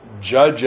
judge